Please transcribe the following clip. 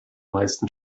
meisten